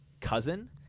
cousin